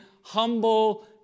humble